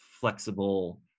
flexible